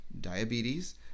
diabetes